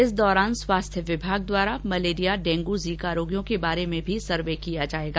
इस दौरान स्वास्थ्य विभाग द्वारा मलेरिया डेंगू जीका रोगियों के बारे में भी सर्वे किया जाएगा